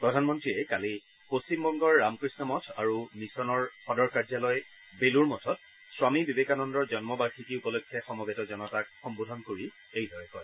প্ৰধানমন্ত্ৰীয়ে কালি পশ্চিমবংগৰ ৰামকৃষ্ণ মঠ আৰু মিছনৰ সদৰ কাৰ্যালয় বেলুৰ মঠত স্বামী বিবেকানন্দৰ জন্মবাৰ্ষিকী উপলক্ষে সমবেত জনতাক সম্বোধি এইদৰে কয়